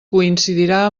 coincidirà